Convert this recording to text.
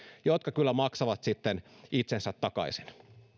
jotka kyllä maksavat sitten itsensä takaisin